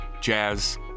Jazz